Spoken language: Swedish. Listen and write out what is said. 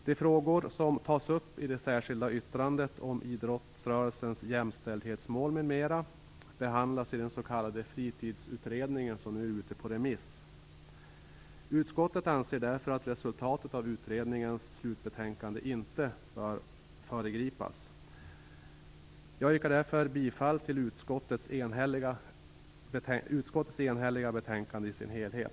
De frågor som tas upp i det särskilda yttrandet om idrottsrörelsens jämställdhetsmål m.m. behandlas i den s.k. Fritidsutredningen, som nu är ute på remiss. Utskottet anser därför att resultatet av utredningens slutbetänkande inte bör föregripas. Jag yrkar därför bifall till utskottets enhälliga hemställan som helhet i betänkandet.